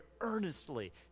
earnestly